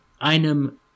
einem